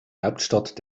hauptstadt